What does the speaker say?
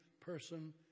person